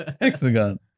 Hexagon